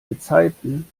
gezeiten